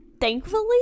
thankfully